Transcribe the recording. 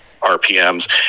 RPMs